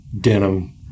denim